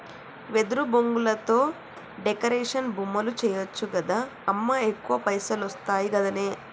వెదురు బొంగులతో డెకరేషన్ బొమ్మలు చేయచ్చు గదా అమ్మా ఎక్కువ పైసలొస్తయి గదనే